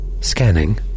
Scanning